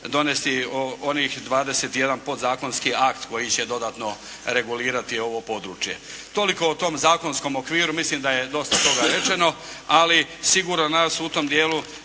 donesti onih 21 podzakonski akt koji će dodatno regulirati ovo područje. Toliko o tom zakonskom okviru, mislim da je dosta toga rečeno, ali sigurno nas u tom dijelu